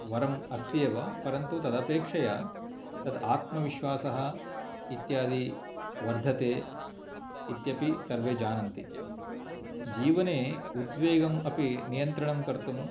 वरम् अस्ति एव परन्तु तदपेक्षया तद् आत्मविश्वासः इत्यादि वर्धते इत्यपि सर्वे जानन्ति जीवने उद्वेगम् अपि नियन्त्रणं कर्तुं